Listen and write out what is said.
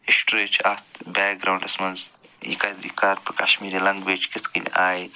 history چھِ اتھ backgrounds منٛز یہِ کَتہِ یہِ کر گوٚو کشمیٖری لنٛگویج کِتھ کٔنۍ آے